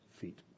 feet